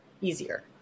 easier